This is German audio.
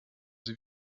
sie